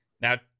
Now